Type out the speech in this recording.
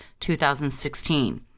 2016